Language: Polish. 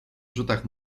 rzutach